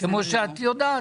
כמו שאת יודעת.